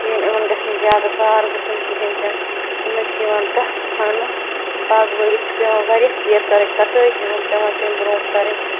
شیٖن یِمَن گَژھِ نہٕ زیادٕ بار گَژھُن کِہیٖنۍ تہِ نہٕ یِمن چھُ ییٚوان ڈَکھ ژھانٛڈنہٕ باغہٕ وٲلَس چھُ پٮ۪وان واریاہ کَیر کَرٕنۍ کَٹٲے چھِ یمَن پٮ۪وان تمہِ برونٛہہ کَرٕنۍ